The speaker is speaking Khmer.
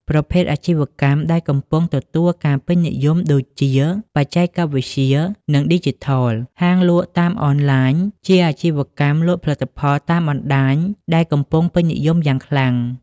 ប្រភេទអាជីវកម្មដែលកំពុងទទួលការពេញនិយមដូចជាបច្ចេកវិទ្យា និងឌីជីថលហាងលក់តាមអនឡាញ ជាអាជីវកម្មលក់ផលិតផលតាមបណ្តាញដែលកំពង់ពេញនិយមយ៉ាងខ្លាំង។